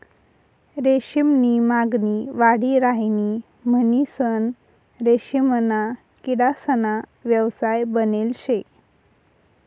रेशीम नी मागणी वाढी राहिनी म्हणीसन रेशीमना किडासना व्यवसाय बनेल शे